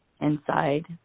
inside